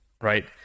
right